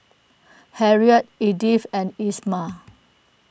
Harriett Edyth and Isamar